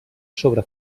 sobre